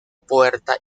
puerta